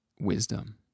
wisdom